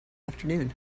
afternoon